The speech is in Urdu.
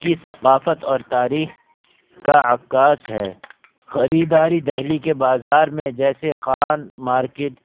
کی ثقافت اور تاریخ کا عکاس ہے خریداری دہلی کے بازار میں جیسے خان مارکیٹ